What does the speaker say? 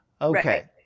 okay